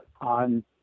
on